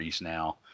now